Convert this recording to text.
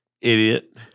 Idiot